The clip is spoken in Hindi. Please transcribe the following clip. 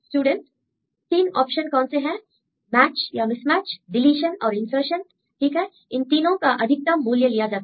स्टूडेंट 3 ऑक्शन कौन से हैं मैच या मिसमैच डीलीशन और इन्सर्शन् ठीक है इन तीनों का अधिकतम मूल्य लिया जाता है